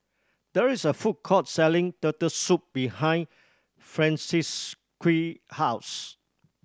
there is a food court selling Turtle Soup behind Francisqui house